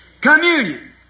Communion